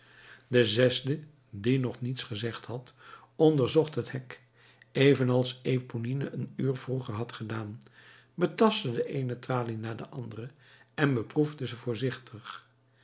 de zesde die nog niets gezegd had onderzocht het hek evenals eponine een uur vroeger had gedaan betastte de eene tralie na de andere en beproefde ze voorzichtig